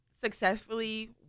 successfully